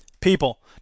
People